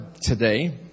today